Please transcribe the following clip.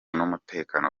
n’umutekano